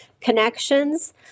connections